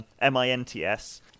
M-I-N-T-S